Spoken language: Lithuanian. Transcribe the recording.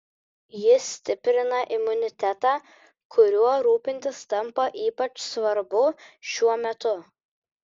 ji stiprina imunitetą kuriuo rūpintis tampa ypač svarbu šiuo metu